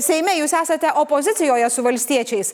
seime jūs esate opozicijoje su valstiečiais